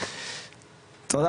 או לא מספיק עומדים לצידם כשהם קורסים.